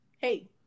Hey